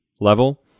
level